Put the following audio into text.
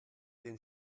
den